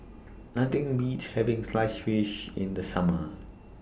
Nothing Beats having Sliced Fish in The Summer